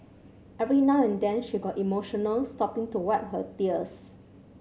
every now and then she got emotional stopping to wipe her tears